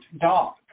dog